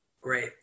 Great